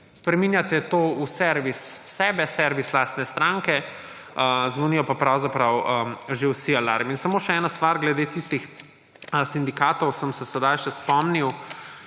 spreminjate v servis sebe, servis lastne stranke, zvonijo pa pravzaprav že vsi alarmi. Samo še eno stvar glede tistih sindikatov sem se sedaj še spomnil.